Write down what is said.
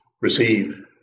receive